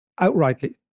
outrightly